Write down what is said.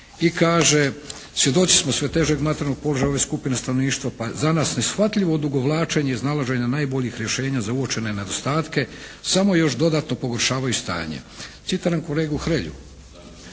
i kaže: “Svjedoci smo sve težeg materijalnog položaja ove skupine stanovništva pa za nas neshvatljivo odugovlačenje iznalaženja najboljih rješenja za uočene nedostatke samo još dodatno pogoršavaju stanje.“ Citiram kolegu Hrelju.